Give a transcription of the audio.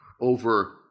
over